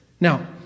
Now